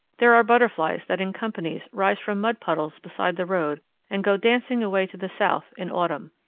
there are butterflies that in companies rise from mud puddles beside the road and go dancing away to the south in autumn.